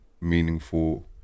meaningful